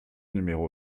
numéro